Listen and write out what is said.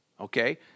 Okay